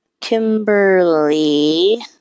Kimberly